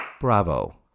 Bravo